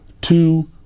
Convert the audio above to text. two